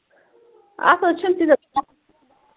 اَتھ منٛز چھِنہٕ تیٖژاہ کٲم